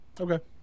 Okay